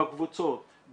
בקבוצות,